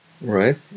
right